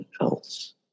else